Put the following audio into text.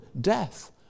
death